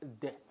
death